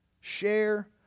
share